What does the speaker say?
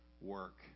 work